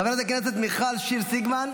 חברת הכנסת מיכל שיר סגמן,